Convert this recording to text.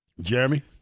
Jeremy